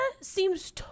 seems